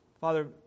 Father